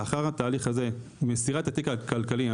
לאחר התהליך הזה מסירת התיק הכלכלי,